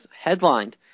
headlined